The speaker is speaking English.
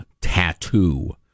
tattoo